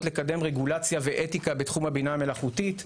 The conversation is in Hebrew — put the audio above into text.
לקדם רגולציה ואתיקה בתחום הבינה המלאכותית.